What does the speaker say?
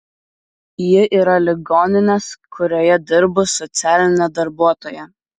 ji yra ligoninės kurioje dirbu socialinė darbuotoja